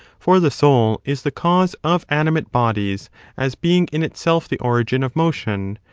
for the soul is the cause of animate bodies as being in itself the origin of motion,